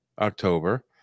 October